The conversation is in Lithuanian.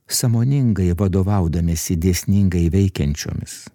sąmoningai vadovaudamiesi dėsningai veikiančiomis